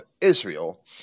Israel